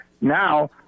now